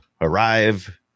arrive